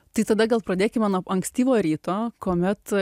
tai tada gal pradėkime nuo ankstyvo ryto kuomet